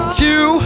two